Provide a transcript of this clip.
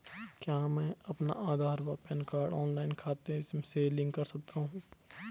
क्या मैं अपना आधार व पैन कार्ड ऑनलाइन खाते से लिंक कर सकता हूँ?